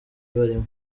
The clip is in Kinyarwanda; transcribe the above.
barimo